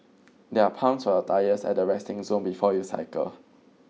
there are pumps for your tyres at the resting zone before you cycle